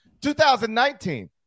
2019